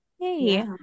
Hey